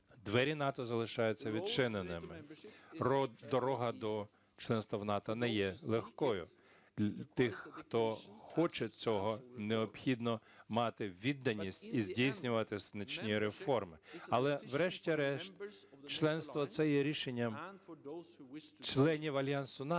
Двері НАТО залишаються відчиненими. Дорога до членства в НАТО не є легкою. Тим, хто хоче цього, необхідно мати відданість і здійснювати значні реформи. Але, врешті-решт, членство - це є рішенням членів Альянсу НАТО